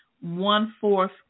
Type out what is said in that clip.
one-fourth